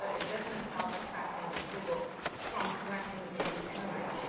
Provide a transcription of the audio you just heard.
it doesn't stop a platform like google from collecting and analyzing